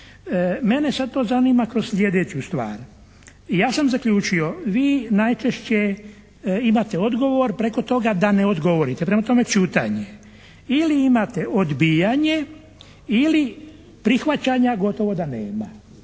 Mene sad to zanima kroz sljedeću stvar. Ja sam zaključio, vi najčešće imate odgovor preko toga da ne odgovorite. Prema tome, ćutanje. Ili imate odbijanje ili prihvaćanja gotovo da nema.